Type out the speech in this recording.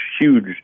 huge